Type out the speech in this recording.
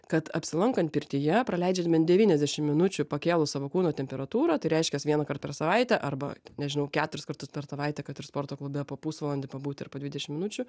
kad apsilankant pirtyje praleidžiant bent devyniasdešimt minučių pakėlus savo kūno temperatūrą tai reiškias vieną kart per savaitę arba nežinau keturis kartus per savaitę kad ir sporto klube po pusvalandį pabūti ar po dvidešimt minučių